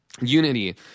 Unity